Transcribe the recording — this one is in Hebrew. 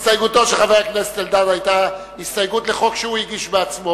הסתייגותו של חבר הכנסת אלדד היתה הסתייגות לחוק שהוא הגיש בעצמו